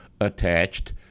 attached